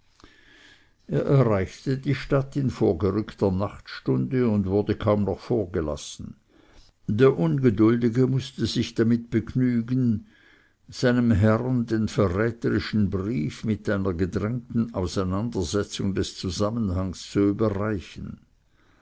erreichte die stadt in vorgerückter nachtstunde und wurde kaum noch vorgelassen der ungeduldige mußte sich damit begnügen seinem herrn den verräterischen brief mit einer gedrängten auseinandersetzung des zusammenhangs zu überreichen